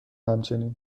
همچنین